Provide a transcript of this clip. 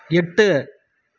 எட்டு